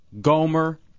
Gomer